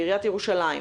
בעיריית ירושלים,